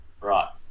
Right